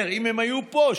בסדר שאם הם היו פה,